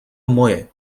moje